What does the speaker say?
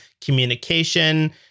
communication